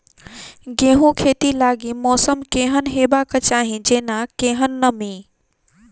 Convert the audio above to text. गेंहूँ खेती लागि मौसम केहन हेबाक चाहि जेना केहन नमी?